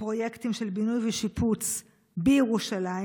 בפרויקטים של בינוי ושיפוץ בירושלים,